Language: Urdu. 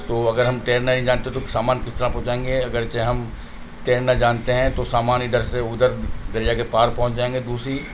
تو اگر ہم تیرنا نہیں جانتے تو سامان کس طرح پہنچائیں گے اگر چہ ہم تیرنا جانتے ہیں تو سامان ادھر سے ادھر دریا کے پار پہنچ جائیں گے دوسری